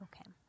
Okay